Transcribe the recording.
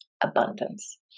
abundance